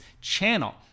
channel